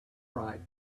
right